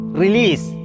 release